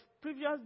previous